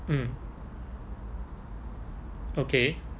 mm okay